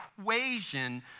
equation